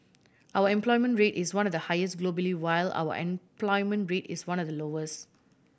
our employment rate is one of the highest globally while our unemployment rate is one of the lowest